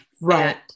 Right